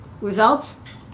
results